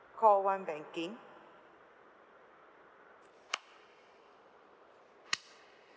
call one banking